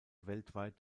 weltweit